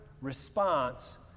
response